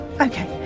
Okay